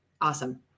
Awesome